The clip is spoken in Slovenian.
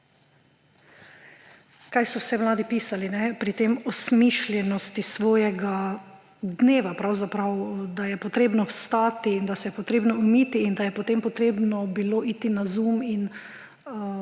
kaj so vse mladi pisali pri tej osmišljenosti svojega dneva pravzaprav, da je potrebno vstati in da se je potrebno umiti in da je potem potrebno bilo iti na Zoom in